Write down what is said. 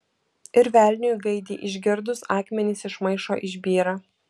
ir velniui gaidį išgirdus akmenys iš maišo išbyra